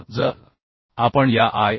तर जर आपण या आय